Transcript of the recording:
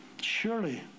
Surely